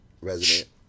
resident